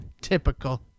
Typical